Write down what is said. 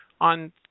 on